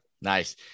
Nice